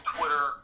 Twitter